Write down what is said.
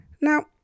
Now